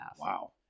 Wow